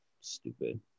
Stupid